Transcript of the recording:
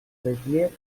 besiers